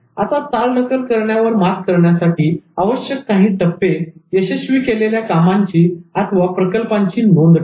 आता चालढकल करण्यावर मात करण्यासाठी आवश्यक काही टप्पे यशस्वी केलेल्या कामाची अथवा प्रकल्पांची नोंद ठेवा